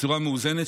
בצורה מאוזנת,